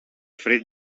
fred